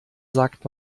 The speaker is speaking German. sagt